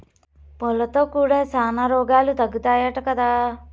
పూలతో కూడా శానా రోగాలు తగ్గుతాయట కదా